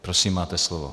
Prosím, máte slovo.